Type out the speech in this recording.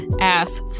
ass